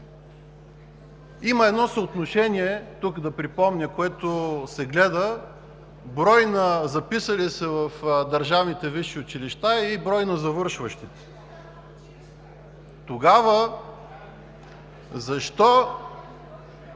има едно съотношение, което се гледа – брой на записали се в държавните висши училища и брой на завършващите. Тогава защо